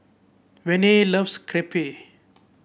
Vonnie loves Crepe